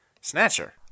Snatcher